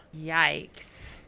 yikes